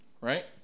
right